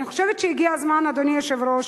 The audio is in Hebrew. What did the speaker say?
אדוני היושב-ראש,